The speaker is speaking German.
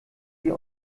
sie